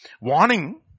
Warning